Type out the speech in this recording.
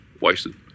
wasted